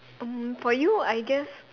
um for you I guess